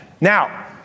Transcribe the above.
Now